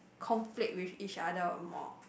conflict with each other more